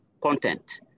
content